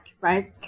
right